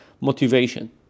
motivation